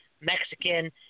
Mexican